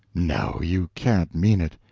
no! you can't mean it!